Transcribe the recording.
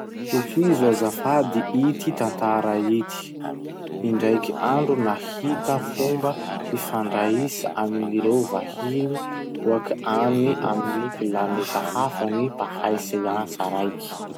Tohizo azafady ity tantara ity: Indraiky andro, nahita fomba hifandraisa amin'ireo vahiny boaky agny amy planeta hafa ny mpahay siansa raiky.